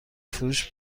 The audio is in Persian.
فروش